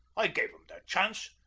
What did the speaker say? i gave em their chance,